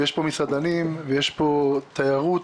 ויש פה מסעדנים ויש פה אנשי תיירות,